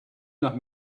nach